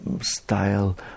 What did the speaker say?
style